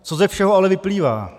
Co ze všeho ale vyplývá?